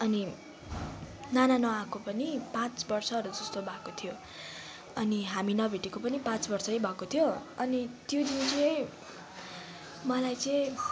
अनि नाना नआएको पनि पाँच वर्षहरू जस्तो भएको थियो अनि हामी नभेटेको पनि पाँच वर्षै भएको थियो अनि त्यो दिन चाहिँ मलाई चाहिँ